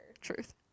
truth